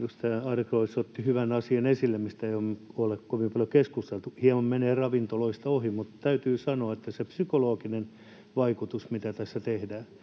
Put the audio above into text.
Edustaja Adlercreutz otti esille hyvän asian, josta ei ole kovin paljon keskusteltu. Hieman menee ravintoloista ohi, mutta täytyy sanoa, että tässä tehdään psykologinen vaikutus. Valitettavasti